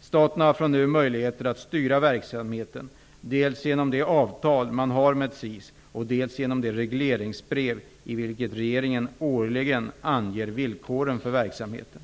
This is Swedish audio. Staten har från nu möjligheter att styra verksamheten, dels genom det avtal man har med SIS, dels genom det regleringsbrev i vilket regeringen årligen anger villkoren för verksamheten.